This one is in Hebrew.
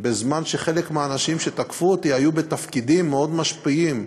בזמן שחלק מהאנשים שתקפו אותי היו בתפקידים מאוד משפיעים,